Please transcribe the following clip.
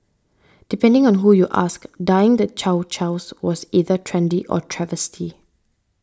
depending on who you ask dyeing the Chow Chows was either trendy or a travesty